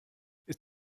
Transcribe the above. ist